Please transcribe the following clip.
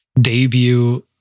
debut